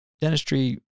dentistry